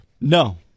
No